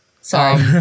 Sorry